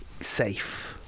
safe